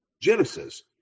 Genesis